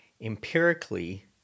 Empirically